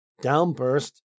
Downburst